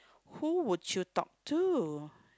who would you talk to